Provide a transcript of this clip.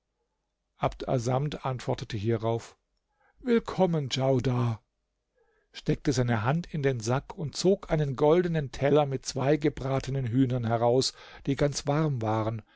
abd assamd antwortete hierauf willkommen djaudar steckte seine hand in den sack zog einen goldenen teller mit zwei gebratenen hühnern heraus die ganz warm waren